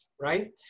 right